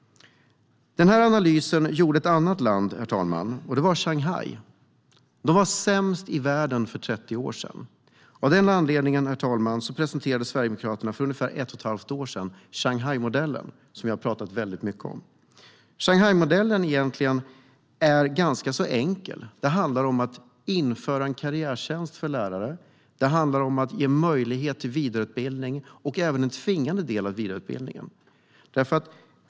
Den här analysen gjordes i Shanghai. De var sämst i världen för 30 år sedan. För ett och ett halvt år sedan presenterade Sverigedemokraterna Shanghaimodellen, som vi har talat mycket om. Modellen är ganska enkel. Det handlar om att införa en karriärtjänst för lärare och erbjuda vidareutbildning, där en del av vidareutbildningen är tvingande.